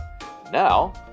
Now